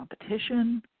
competition